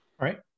right